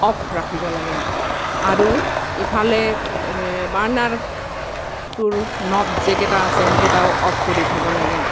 of ৰাখিব লাগে আৰু ইফালে বাৰ্ণাৰটোৰ নব যেকেইটা আছে সেইকেইটাও অফ কৰি থ'ব লাগে